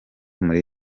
muri